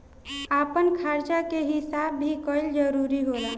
आपन खर्चा के हिसाब भी कईल जरूरी होला